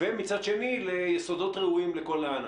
ומצד שני ליסודות רעועים לכל הענף?